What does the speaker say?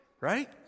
right